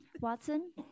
Watson